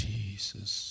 Jesus